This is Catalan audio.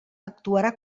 actuarà